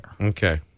Okay